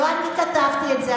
לא אני כתבתי את זה.